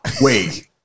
wait